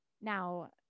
Now